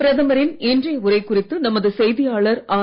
பிரதமரின் இன்றைய உரை குறித்து நமது செய்தியாளர் ஆர்